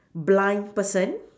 blind person